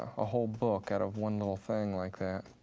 a whole book out of one little thing like that.